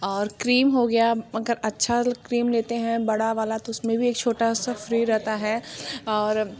और क्रीम हो गया मगर अच्छा वला क्रीम लेतें हैं बड़ा वाला तो उसमें भी एक छोटा सा फ़्री रहता है और